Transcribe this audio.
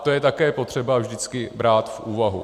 To je také potřeba vždycky brát v úvahu.